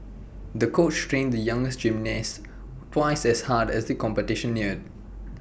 the coach trained the young gymnast twice as hard as the competition neared